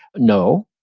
no.